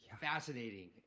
fascinating